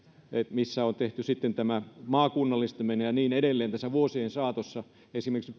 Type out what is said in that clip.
missä on tehty tämä maakunnallistaminen ja niin edelleen tässä vuosien saatossa esimerkiksi